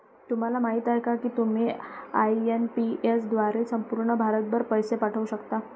तुम्हाला माहिती आहे का की तुम्ही आय.एम.पी.एस द्वारे संपूर्ण भारतभर पैसे पाठवू शकता